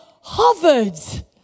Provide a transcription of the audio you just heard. hovered